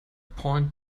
point